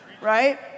right